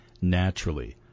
naturally